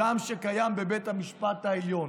שקיים גם בבית המשפט העליון,